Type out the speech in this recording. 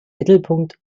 mittelpunkt